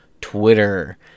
Twitter